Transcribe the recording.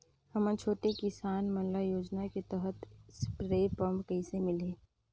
हमन छोटे किसान मन ल योजना के तहत स्प्रे पम्प कइसे मिलही?